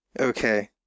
Okay